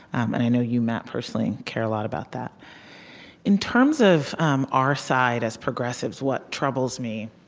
and i know you, matt, personally care a lot about that in terms of um our side as progressives, what troubles me